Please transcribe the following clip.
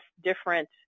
different